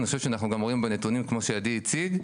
ואני חושב שאנחנו גם רואים בנתונים כמו שעדי הציג,